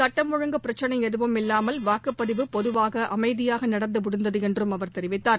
சட்டம் ஒழுங்கு பிரச்சினை எதுவும் இல்லாமல் வாக்குப்பதிவு பொதுவாக அமைதியாக நடந்து முடிந்தது என்றும் அவர் தெரிவித்தார்